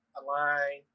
align